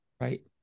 Right